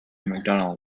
mcdonnell